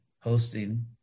hosting